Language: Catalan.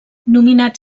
nominat